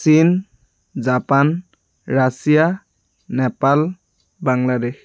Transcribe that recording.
চীন Japan Russia Nepal Bangladesh